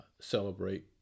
celebrate